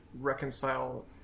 reconcile